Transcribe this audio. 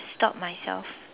stop myself